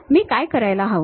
मी काय करायला हवं